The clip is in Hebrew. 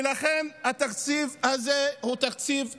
ולכן התקציב הזה הוא תקציב גרוע,